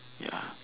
ya